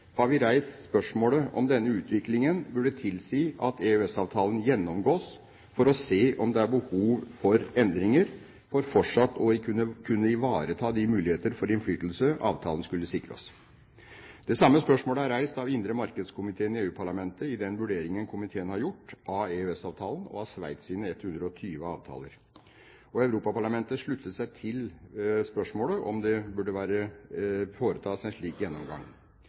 har vi reist spørsmålet om denne utviklingen burde tilsi at EØS-avtalen gjennomgås for å se om det er behov for endringer for fortsatt å kunne ivareta de muligheter for innflytelse avtalen skulle sikre oss. Det samme spørsmålet er reist av den indre markedskomiteen i EU-parlamentet i den vurdering komiteen har gjort av EØS-avtalen og av Sveits’ 120 avtaler. Europaparlamentet har sluttet seg til spørsmålet om det burde foretas en slik gjennomgang.